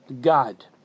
God